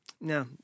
no